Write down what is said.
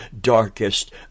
darkest